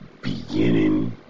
beginning